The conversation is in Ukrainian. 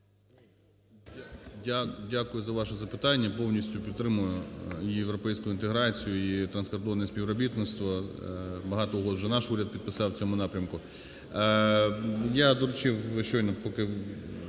дякую за ваше запитання. Повністю підтримую і європейську інтеграцію, і транскордонне співробітництво, багато угод вже наш уряд підписав в цьому напрямку.